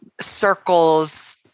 circles